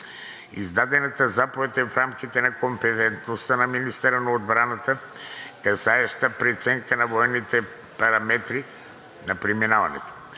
Издадената заповед е в рамките на компетентността на министъра на отбраната, касаеща преценка на военните параметри на преминаване